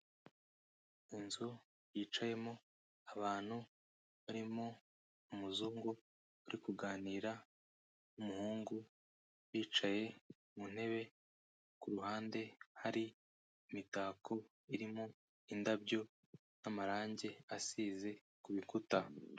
Inzu yicayemo abantu barimo umuzungu uri kuganira n'umuhungu, bicaye mu ntebe ku ruhande hari imitako irimo indabyo n'amarangi asize kubikuta.